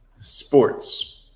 sports